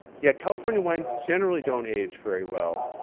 yeah, california wines generally don't age very well.